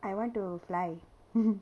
I want to fly